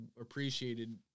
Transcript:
appreciated